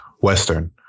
Western